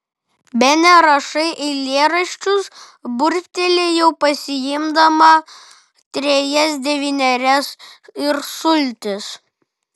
bene rašai eilėraščius burbtelėjau pasiimdama trejas devynerias ir sultis